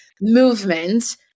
movement